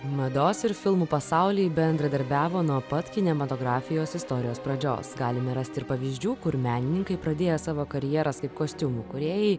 mados ir filmų pasauliai bendradarbiavo nuo pat kinematografijos istorijos pradžios galime rasti ir pavyzdžių kur menininkai pradėję savo karjeras kaip kostiumų kūrėjai